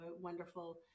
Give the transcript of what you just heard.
wonderful